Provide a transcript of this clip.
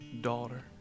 daughter